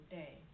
day